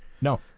No